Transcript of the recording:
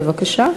בבקשה.